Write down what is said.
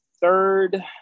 third